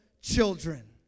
children